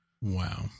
wow